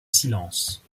silence